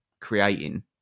creating